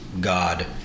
God